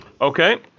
Okay